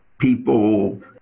people